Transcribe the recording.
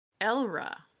Elra